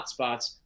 hotspots